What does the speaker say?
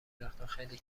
وقتاخیلی